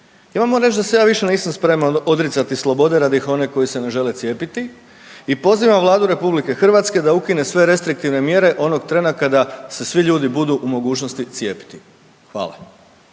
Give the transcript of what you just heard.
moram reći da se ja više nisam spreman odricati slobode radi onih koji se ne žele cijepiti i pozivam Vladu Republike Hrvatske da ukine sve restriktivne mjere onoga trena kada se svi ljudi budu u mogućnosti cijepiti. Hvala.